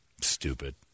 Stupid